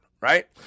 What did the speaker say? Right